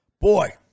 Boy